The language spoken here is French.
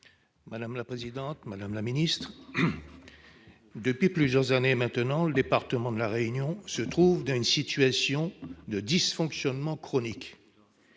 des finances. Madame la ministre, depuis plusieurs années maintenant, le département de La Réunion se trouve dans une situation de dysfonctionnement chronique.